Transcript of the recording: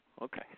Okay